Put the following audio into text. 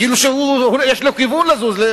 כאילו שיש לו כיוון לזוז,